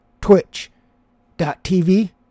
Twitch.tv